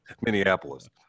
Minneapolis